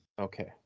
Okay